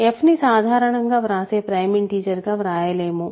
f ని సాధారణంగా వ్రాసే ప్రైమ్ ఇంటిజర్ గా వ్రాయలేము